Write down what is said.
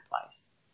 place